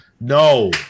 no